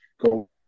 go